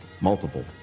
multiple